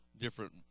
different